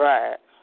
Right